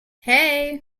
hey